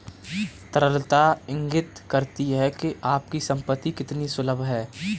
तरलता इंगित करती है कि आपकी संपत्ति कितनी सुलभ है